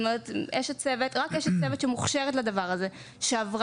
רק אשת צוות שמוכשרת לדבר הזה ועברה